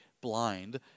blind